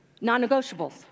Non-negotiables